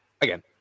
again